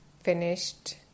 finished